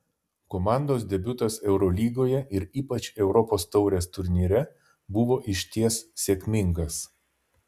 komandos debiutas eurolygoje ir ypač europos taurės turnyre buvo išties sėkmingas